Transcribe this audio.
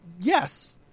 yes